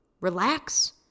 relax